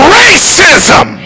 racism